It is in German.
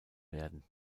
werden